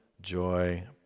joy